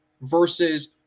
versus